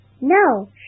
No